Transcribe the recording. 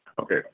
Okay